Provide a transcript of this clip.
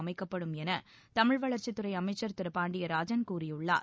அமைக்கப்படும் என தமிழ் வளர்ச்சித்துறை அமைச்சர் திரு பாண்டியராஜன் கூறியுள்ளார்